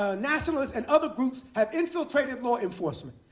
ah nationalists, and other groups have infiltrated law enforcement.